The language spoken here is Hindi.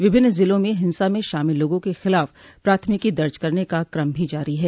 विभिन्न ज़िलों में हिंसा में शामिल लोगों के खिलाफ़ प्राथमिकी दर्ज करने का क्रम भी जारी है